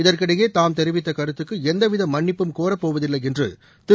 இதற்கிடையே தாம் தெரிவித்த கருத்துக்கு எந்தவித மன்னிப்பும் கோரப்போவதில்லை என்று திரு